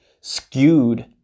skewed